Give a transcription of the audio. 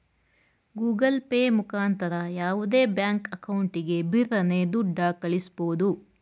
Google Pay ಮುಖಾಂತರ ಯಾವುದೇ bank ಅಕೌಂಟಿಗೆ ಬಿರರ್ನೆ ದುಡ್ಡ ಕಳ್ಳಿಸ್ಬೋದು